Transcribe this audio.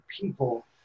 people